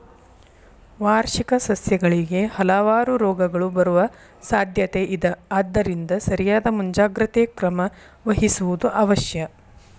ವಾರ್ಷಿಕ ಸಸ್ಯಗಳಿಗೆ ಹಲವಾರು ರೋಗಗಳು ಬರುವ ಸಾದ್ಯಾತೆ ಇದ ಆದ್ದರಿಂದ ಸರಿಯಾದ ಮುಂಜಾಗ್ರತೆ ಕ್ರಮ ವಹಿಸುವುದು ಅವಶ್ಯ